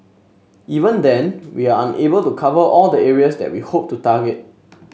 even then we are unable to cover all the areas that we hope to target